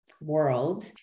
world